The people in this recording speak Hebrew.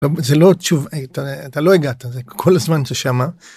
זה לא עוד שוב אתה לא הגעת זה כל הזמן ששמע.